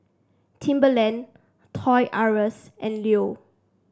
Timberland Toys R Us and Leo